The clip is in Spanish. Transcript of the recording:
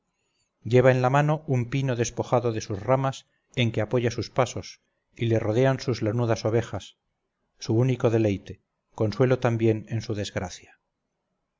lleva en la mano un pino despojado de sus ramas en que apoya sus pasos y le rodean sus lanudas ovejas su único deleite consuelo también en su desgracia